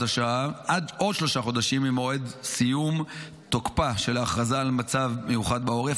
השעה עד שלושה חודשים ממועד סיום תוקפה של ההכרזה על מצב מיוחד בעורף,